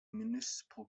municipal